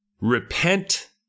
repent